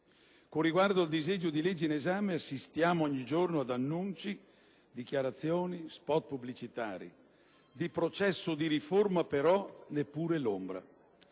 Con riguardo al disegno di legge in esame assistiamo ogni giorno ad annunci, dichiarazioni e *spot* pubblicitari. Di processo di riforma però neppure l'ombra.